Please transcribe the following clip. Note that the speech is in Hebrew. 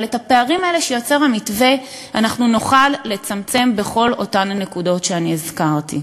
אבל את הפערים האלה שיוצר המתווה נוכל לצמצם בכל אותן נקודות שהזכרתי.